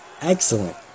excellent